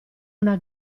una